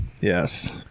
Yes